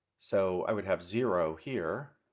so i would have zero here.